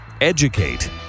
Educate